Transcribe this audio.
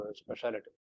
speciality